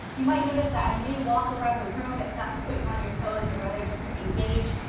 you might notice that i may walk around the room. it's not to put you on your toes, but rather just to engage.